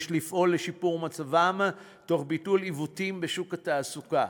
יש לפעול לשיפור מצבם תוך ביטול עיוותים בשוק התעסוקה.